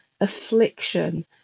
affliction